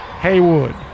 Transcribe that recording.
Haywood